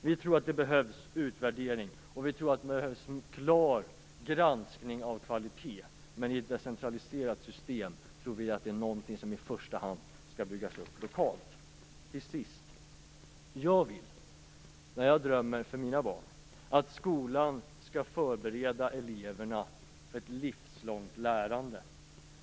Vi tror att det behövs utvärdering och en klar granskning av kvalitet. I ett decentraliserat system är det någonting som i första hand skall byggas upp lokalt. Till sist: När jag drömmer om skolan för mina barn vill jag skolan skall förbereda eleverna för ett livslångt lärande.